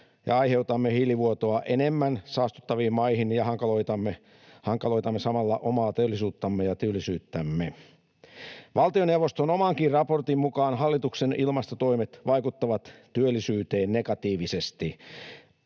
ja aiheutamme hiilivuotoa enemmän saastuttaviin maihin ja hankaloitamme samalla omaa teollisuuttamme ja työllisyyttämme. Valtioneuvoston omankin raportin mukaan hallituksen ilmastotoimet vaikuttavat työllisyyteen negatiivisesti.